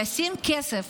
לשים כסף